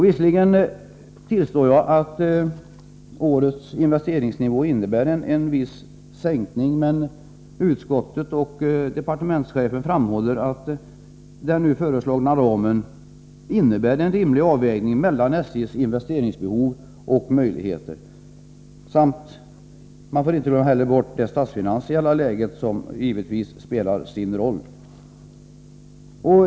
Visserligen tillstår jag att årets investeringsnivå innebär en viss sänkning, men utskottet och departementschefen framhåller att den nu föreslagna ramen är en rimlig avvägning mellan SJ:s investeringsbehov och möjligheter. Man får inte heller glömma bort det statsfinansiella läget, som givetvis spelar roll i sammanhanget.